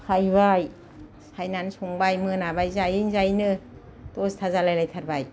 सायबाय सायनानै संबाय मोनाबाय जायैनो जायैनो दसथा जालायलायथारबाय